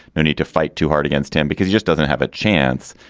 need to fight too hard against him because he just doesn't have a chance.